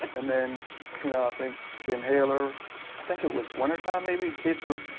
and then you know i think the inhaler i think it was wintertime maybe kids were.